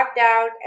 out